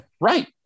Right